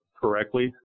correctly